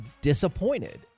disappointed